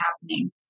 happening